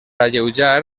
alleujar